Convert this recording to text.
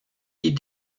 die